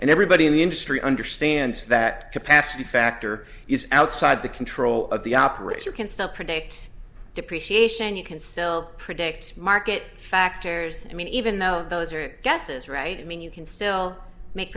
and everybody in the industry understands that capacity factor is outside the control of the operator can stop predicts depreciation you can sell predicts market factors i mean even though those guesses right mean you can still make